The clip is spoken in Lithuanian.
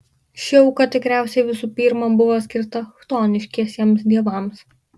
ši auka tikriausiai visų pirma buvo skirta chtoniškiesiems dievams